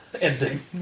ending